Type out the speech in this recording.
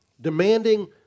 Demanding